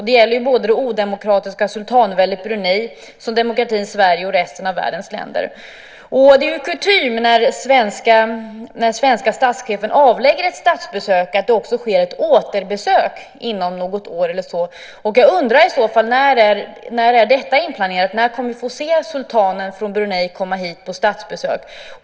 Det gäller såväl det odemokratiska sultanväldet Brunei som demokratin Sverige och resten av världens länder. När den svenska statschefen avlägger ett statsbesök är det kutym att det också sker ett återbesök inom något år. Jag undrar när detta är inplanerat? När kommer vi att få se sultanen från Brunei komma hit på statsbesök?